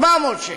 400 שקל,